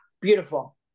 Beautiful